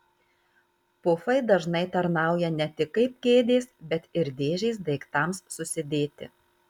pufai dažnai tarnauja ne tik kaip kėdės bet ir dėžės daiktams susidėti